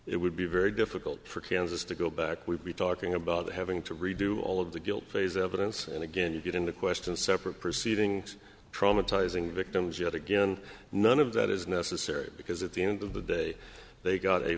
it would be very difficult for kansas to go back we'd be talking about having to redo all of the guilt phase evidence and again you get into question separate proceeding traumatizing victims yet again none of that is necessary because at the end of the day they got a